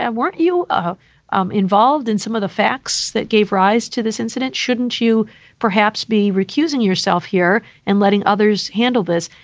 and weren't you ah um involved in some of the facts that gave rise to this incident? shouldn't you perhaps be recusing yourself here and letting others handle this?